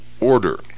order